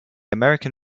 american